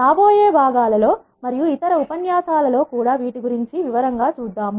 రాబోయే భాగాలలో మరియు ఇతర ఉపన్యాసాలలో కూడా వీటి గురించి వివరంగా చూద్దాము